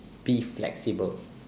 be flexible